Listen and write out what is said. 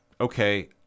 okay